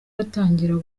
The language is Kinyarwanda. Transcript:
batangira